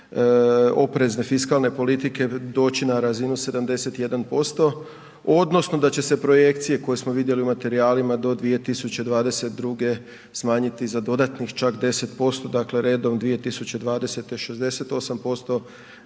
i oprezne fiskalne politike doći na razinu 71% odnosno da će se projekcije koje smo vidjeli u materijalima do 2022. smanjiti za dodatnih čak 10%, dakle redom 2020. 68%,